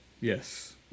yes